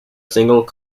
single